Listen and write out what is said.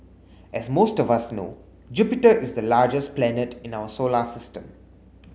as most of us know Jupiter is the largest planet in our solar system